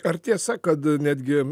ar tiesa kad netgi